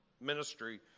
ministry